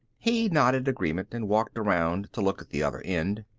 he nodded agreement and walked around to look at the other end.